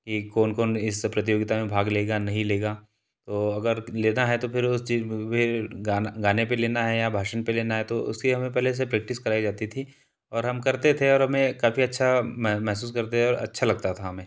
कि कौन कौन इस प्रतियोगिता में भाग लेगा नहीं लेगा तो अगर लेना है तो फिर उस चीज़ गाना गाने पर लेना है या भाषण पर लेना है तो उसकी हमें पहले से प्रेक्टिस कराई जाती थी और हम करते थे और हमें काफ़ी अच्छा महसूस करते और अच्छा लगता था हमें